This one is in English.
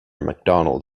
macdonald